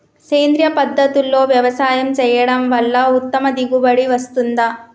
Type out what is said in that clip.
సేంద్రీయ పద్ధతుల్లో వ్యవసాయం చేయడం వల్ల ఉత్తమ దిగుబడి వస్తుందా?